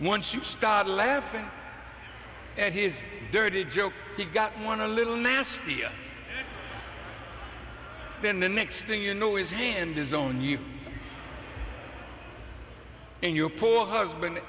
once you start laughing at his dirty joke he got want to little nasty and then the next thing you know is he and his own you and your poor husband